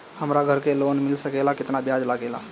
हमरा घर के लोन मिल सकेला केतना ब्याज लागेला?